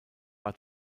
war